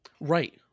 Right